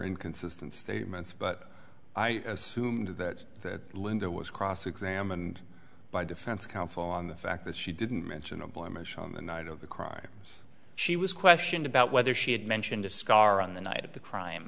inconsistent statements but i assumed that that linda was cross examined by defense counsel on the fact that she didn't mention a blemish on the night of the crime she was questioned about whether she had mentioned a scar on the night of the crime